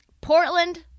Portland